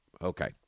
Okay